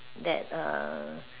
that err